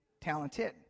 talented